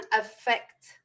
affect